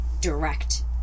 direct